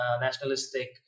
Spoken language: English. nationalistic